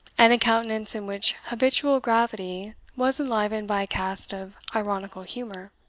and a countenance in which habitual gravity was enlivened by a cast of ironical humour.